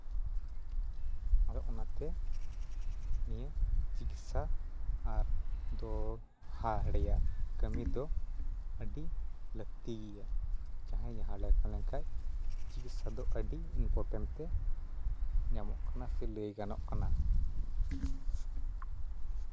ᱟᱫᱚ ᱚᱱᱟᱛᱮ ᱱᱤᱭᱟᱹ ᱪᱤᱠᱤᱛᱥᱟ ᱫᱚ ᱟᱨ ᱦᱟᱲ ᱨᱮᱭᱟᱜ ᱠᱟᱹᱢᱤ ᱫᱚ ᱟᱹᱰᱤ ᱞᱟᱹᱠᱛᱤ ᱜᱮᱭᱟ ᱡᱟᱦᱟᱸ ᱞᱮᱠᱟ ᱞᱮᱱᱠᱷᱟᱡ ᱪᱤᱠᱤᱛᱥᱟ ᱫᱚ ᱟᱹᱰᱤ ᱤᱢᱯᱚᱴᱮᱱᱴ ᱛᱮ ᱧᱟᱢᱚᱜ ᱠᱟᱱᱟ ᱥᱮ ᱞᱟᱹᱭ ᱜᱟᱱᱚᱜ ᱠᱟᱱᱟ